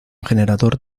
generador